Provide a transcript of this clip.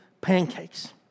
pancakes